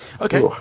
Okay